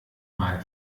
mal